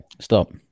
Stop